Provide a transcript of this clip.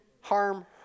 harm